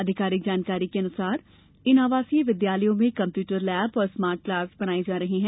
आधिकारिक जानकारी के मुताबिक इन आवासीय विद्यालयों में कंप्युटर लैब और स्मार्ट क्लास बनाई जा रही हैं